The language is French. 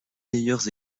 meilleures